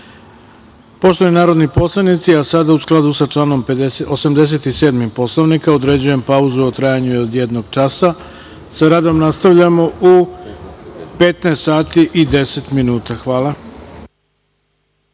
narodni poslanici, a sada, u skladu sa članom 87. Poslovnika, određujem pauzu u trajanju od jednog časa. Sa radom nastavljamo u 15:10